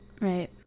Right